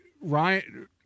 Ryan